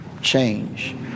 change